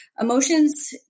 emotions